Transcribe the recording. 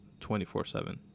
24-7